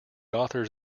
authors